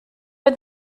are